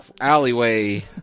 alleyway